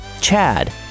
Chad